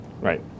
right